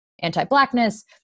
anti-blackness